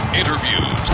interviews